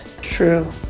True